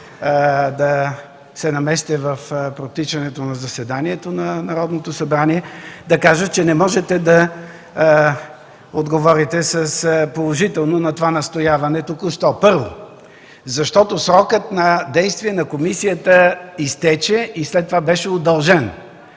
да се намесите в протичането на заседанието на Народното събрание, да кажа, че не можете да отговорите положително на това настояване току-що, първо, защото срокът на действие на комисията изтече и след това беше удължен.